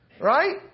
Right